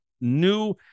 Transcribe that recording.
new